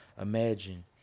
imagine